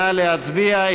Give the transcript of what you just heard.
נא להצביע.